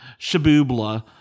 Shabubla